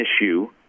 issue